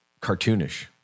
Cartoonish